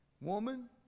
woman